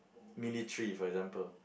military for example